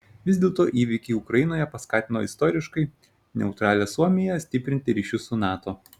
vis dėlto įvykiai ukrainoje paskatino istoriškai neutralią suomiją stiprinti ryšius su nato